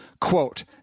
Quote